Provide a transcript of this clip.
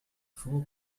fool